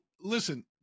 listen